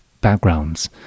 backgrounds